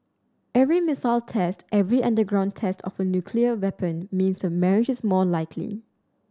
every missile test every underground test of a nuclear weapon means the marriage is more likely